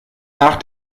nach